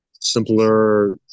simpler